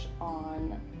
on